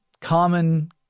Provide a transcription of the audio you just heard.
common